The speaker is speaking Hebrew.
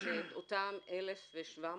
שאותם 1,700